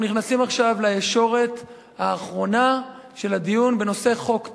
אנחנו נכנסים עכשיו לישורת האחרונה של הדיון בנושא חוק טל.